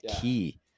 Key